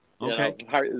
Okay